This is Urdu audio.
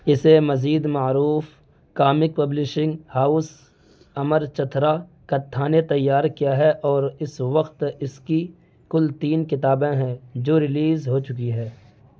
اسے مزید معروف comic publishing house Amar Chitra Katha نے تیار کیا ہے اور اس وقت اس کی کل تین کتابیں ہیں جو ریلیز ہو چکی ہے